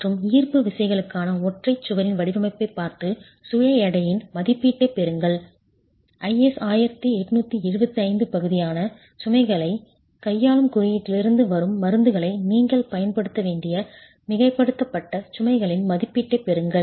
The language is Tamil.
மற்றும் ஈர்ப்பு விசைகளுக்கான ஒற்றைச் சுவரின் வடிவமைப்பைப் பார்த்து சுய எடையின் மதிப்பீட்டைப் பெறுங்கள் IS 875 பகுதியான சுமைகளைக் கையாளும் குறியீட்டிலிருந்து வரும் மருந்துகளை நீங்கள் பயன்படுத்த வேண்டிய மிகைப்படுத்தப்பட்ட சுமைகளின் மதிப்பீட்டைப் பெறுங்கள்